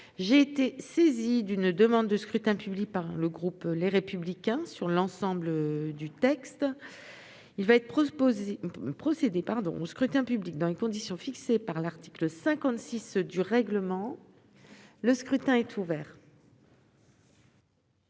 J'ai été saisie d'une demande de scrutin public émanant du groupe Les Républicains. Il va être procédé au scrutin dans les conditions fixées par l'article 56 du règlement. Le scrutin est ouvert.